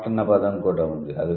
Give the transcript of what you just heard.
hot అన్న పదం కూడా ఉంది